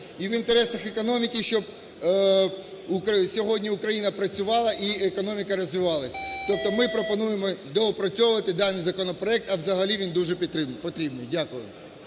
І в інтересах економіки, щоб сьогодні Україна працювала, і економіка розвивалася. Тобто ми пропонуємо доопрацьовувати даний законопроект. А взагалі, він дуже потрібний. Дякую.